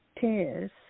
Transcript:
tears